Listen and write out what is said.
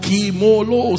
Kimolo